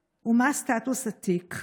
3. מה סטטוס התיק?